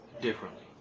differently